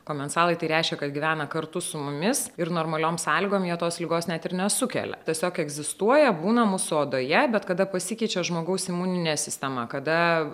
komensalai tai reiškia kad gyvena kartu su mumis ir normaliom sąlygom jie tos ligos net ir nesukelia tiesiog egzistuoja būna mūsų odoje bet kada pasikeičia žmogaus imuninė sistema kada